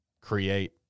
create